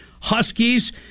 Huskies